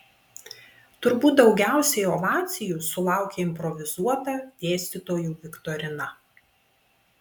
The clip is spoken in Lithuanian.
turbūt daugiausiai ovacijų sulaukė improvizuota dėstytojų viktorina